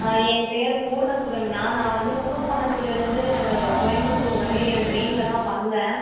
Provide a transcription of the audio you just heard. ஆ என் பெயர் பூர்ணசுகன்யா நான் வந்து கும்பகோணத்துலிருந்து கோயம்புத்தூர் வரையும் ட்ரெயினில்தான் வந்தேன்